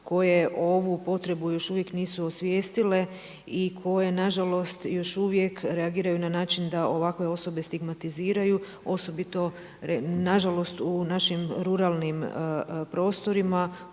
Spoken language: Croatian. koje ovu potrebu još uvijek nisu osvijestile i koje na žalost još uvijek reagiraju na način da ovakve osobe stigmatiziraju osobito na žalost u našim ruralnim prostorima